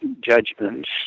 judgments